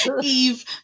eve